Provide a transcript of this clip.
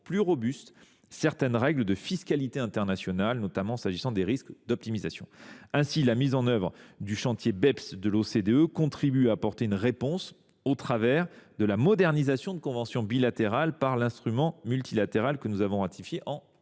plus robustes certaines règles de fiscalité internationale, notamment en matière de risques d’optimisation. Ainsi, la mise en œuvre du chantier (Beps) de l’OCDE contribue à apporter une réponse, au travers de la modernisation de nos conventions bilatérales par l’instrument multilatéral que nous avons ratifié en 2018.